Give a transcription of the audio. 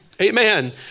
Amen